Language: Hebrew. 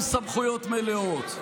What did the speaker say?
עם סמכויות מלאות.